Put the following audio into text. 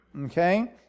okay